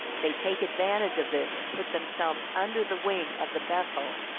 they take advantage of this to put themselves under the wing of the bethel,